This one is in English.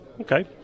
Okay